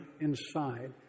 inside